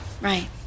Right